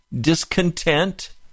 discontent